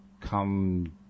come